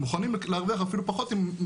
הם מוכנים להרוויח אפילו פחות אם הם